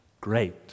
Great